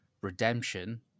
redemption